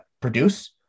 produce